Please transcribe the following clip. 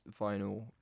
vinyl